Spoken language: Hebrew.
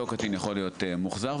אותו קטין יכול להיות מוחזר,